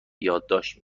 یادداشت